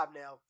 now